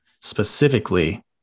specifically